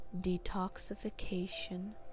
detoxification